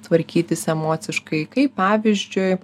tvarkytis emociškai kaip pavyzdžiui